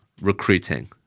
Recruiting